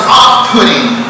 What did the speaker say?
off-putting